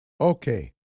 okay